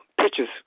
pictures